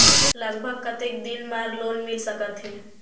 लगभग कतेक दिन बार लोन मिल सकत हे?